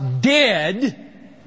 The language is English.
dead